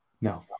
No